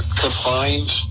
confined